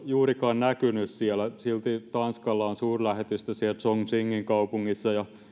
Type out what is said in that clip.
juurikaan näkynyt suomalaisia tanskalla on suurlähetystö siellä chongqingin kaupungissa ja